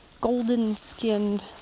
golden-skinned